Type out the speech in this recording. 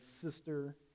sister